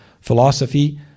philosophy